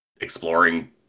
exploring